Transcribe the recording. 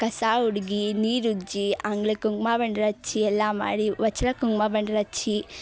ಕಸ ಉಡ್ಗಿ ನೀರುಜ್ಜಿ ಅಂಗ್ಳಕ್ಕೆ ಕುಂಕ್ಮ ಬಂಡ್ರ ಹಚ್ಚಿ ಎಲ್ಲಾ ಮಾಡಿ ವಚ್ರಕ್ಕೆ ಕುಂಕ್ಮ ಬಂಡ್ರ ಹಚ್ಚಿ